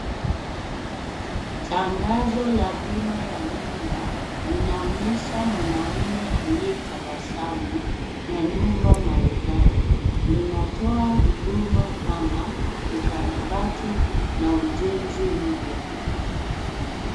Tangazo la bima la nyumba linaonyesha mwanaume aliyetabasamu na nyumba maridadi. Linatoa huduma kama ukarabati na ujenzi mpya.